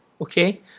okay